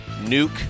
Nuke